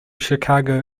chicago